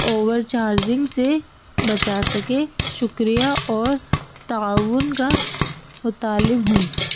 over charging سے بچا سکے شکریہ اور تعاون کا متالب ہوں